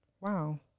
wow